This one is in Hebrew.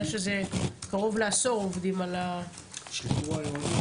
שקרוב לעשור עובדים על השיטור העירוני.